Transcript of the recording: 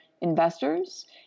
investors